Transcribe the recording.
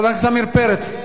חבר הכנסת עמיר פרץ,